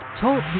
Talk